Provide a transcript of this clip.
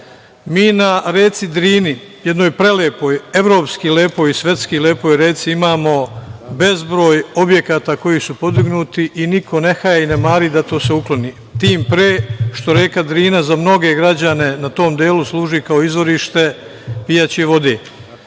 Mi na reci Drini, jednoj prelepoj, evropski lepoj i svetski lepoj reci, imamo bezbroj objekata koji su podignuti i niko ne haje i ne mari da se to ukloni, tim pre što reka Drina za mnoge građane na tom delu služi kao izvorište pijaće vode. Vama